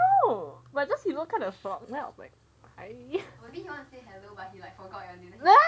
I don't know but just you know kind of shock then I am like hi